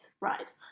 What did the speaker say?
right